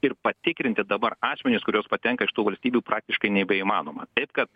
ir patikrinti dabar asmenis kurios patenka iš tų valstybių praktiškai nebeįmanoma taip kad